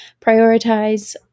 prioritize